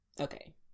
Okay